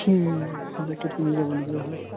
jacket লৈ যাব লাগিব হাতত